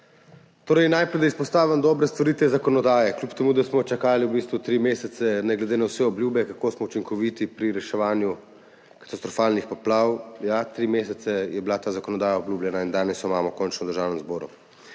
hvala. Najprej naj izpostavim dobre stvari te zakonodaje, kljub temu da smo čakali v bistvu tri mesece, ne glede na vse obljube, kako smo učinkoviti pri reševanju katastrofalnih poplav. Ja, tri mesece je bila ta zakonodaja obljubljana in danes jo imamo končno v Državnem zboru.